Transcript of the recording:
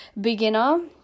beginner